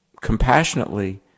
compassionately